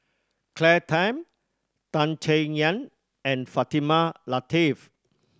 Claire Tham Tan Chay Yan and Fatimah Lateef